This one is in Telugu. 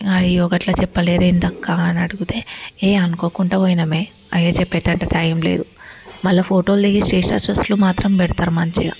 ఇక అయ్యో గట్ల చెప్పలేదు ఏంది అక్క అని అడుగుతే యే అనుకోకుండా పోయినమే అయి చెప్పేటత్తు టైం లేదు మళ్ళీ ఫోటోలు దిగేసి స్టేటసెస్లు మాత్రం పెడతారు మంచిగా